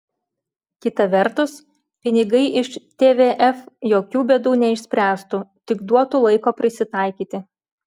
kita vertus pinigai iš tvf jokių bėdų neišspręstų tik duotų laiko prisitaikyti